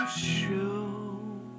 show